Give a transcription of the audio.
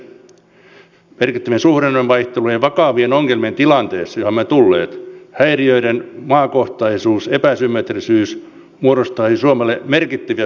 taloudellisten häiriöiden merkittävien suhdannevaihtelujen vakavien ongelmien tilanteessa johon olemme tulleet häiriöiden maakohtaisuus epäsymmetrisyys muodostaisi suomelle merkittäviä sopeutumisongelmia